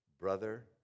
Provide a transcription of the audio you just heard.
Brother